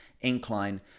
incline